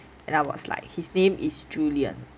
and I was like his name is julian